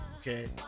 Okay